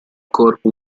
corpo